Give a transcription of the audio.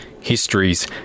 histories